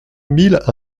mille